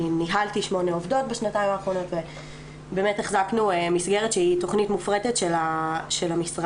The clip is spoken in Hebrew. ניהלתי שמונה עובדות ובאמת החזקנו מסגרת שהיא תוכנית מופרטת של המשרד,